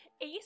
Ace